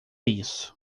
isso